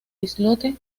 islote